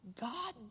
God